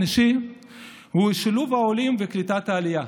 אישי הוא שילוב העולים וקליטת העלייה.